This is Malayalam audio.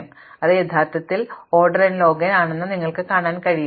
അപ്പോൾ ഇത് യഥാർത്ഥത്തിൽ ഓർഡർ n ലോഗ് എൻ ആണെന്ന് നിങ്ങൾക്ക് കാണിക്കാൻ കഴിയും